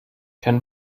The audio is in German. kein